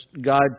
God